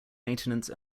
maintenance